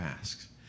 ask